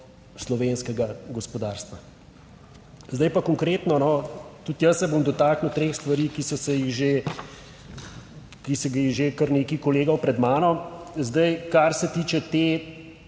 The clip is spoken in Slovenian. slovenskega gospodarstva. Zdaj pa konkretno, tudi jaz se bom dotaknil treh stvari, ki so se jih že ki se že kar nekaj kolegov pred mano. Zdaj kar se tiče te